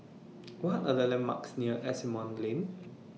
What Are The landmarks near Asimont Lane